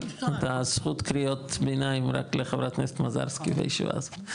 זכות הקריאות ביניים רק לחברת כנסת מזרסקי בישיבה הזאת.